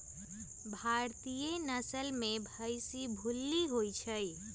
भारतीय नसल में भइशी भूल्ली होइ छइ